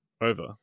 over